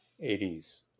80s